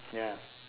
ya